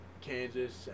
Kansas